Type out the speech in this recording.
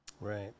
Right